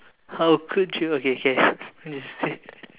how could you okay okay